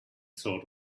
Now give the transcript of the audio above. sort